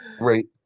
right